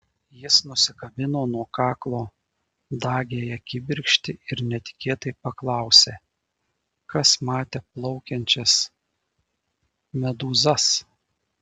jis nusikabino nuo kaklo dagiąją kibirkštį ir netikėtai paklausė kas matė plaukiančias medūzas